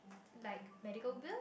like medical bill